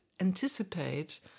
anticipate